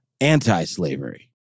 anti-slavery